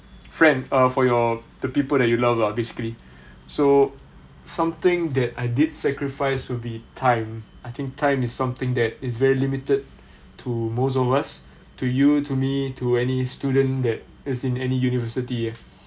friends uh for your the people that you love lah basically so something that I did sacrifice will be time I think time is something that is very limited to most of us to you to me to any student that is in any university